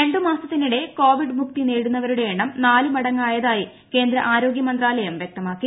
രണ്ട് മാസത്തിനിടെ കോവിഡ് മുക്തി നേടുന്നവരുടെ എണ്ണം നാല് മടങ്ങായതായി കേന്ദ്ര ആരോഗ്യ മന്ത്രാലയം വ്യക്തമാക്കി